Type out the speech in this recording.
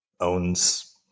owns